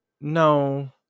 no